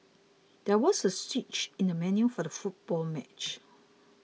there was a switch in the venue for the football match